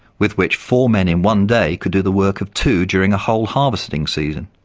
with which four men in one day could do the work of two during a whole harvesting season,